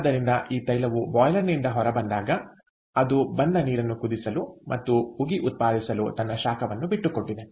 ಆದ್ದರಿಂದ ಈ ತೈಲವು ಬಾಯ್ಲರ್ ನಿಂದ ಹೊರಬಂದಾಗ ಅದು ಬಂದ ನೀರನ್ನು ಕುದಿಸಲು ಮತ್ತು ಉಗಿ ಉತ್ಪಾದಿಸಲು ತನ್ನ ಶಾಖವನ್ನು ಬಿಟ್ಟುಕೊಟ್ಟಿದೆ